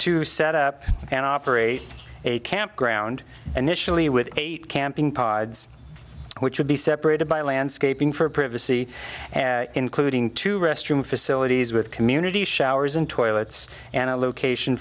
to set up and operate a campground an initially with eight camping pods which would be separated by landscaping for previously including two restroom facilities with community showers and toilets and a location